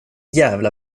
jävla